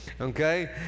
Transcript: Okay